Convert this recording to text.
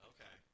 Okay